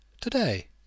Today